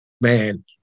man